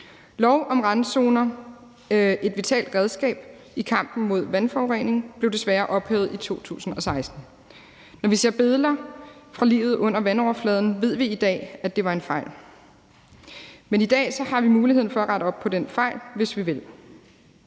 Lov om randzoner, et vitalt redskab i kampen mod vandforurening, blev desværre ophævet i 2016. Når vi ser billeder fra livet under vandoverfladen, ved vi i dag, at det var en fejl, men i dag har vi mulighed for at rette op på den fejl, hvis vi vil.